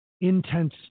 intense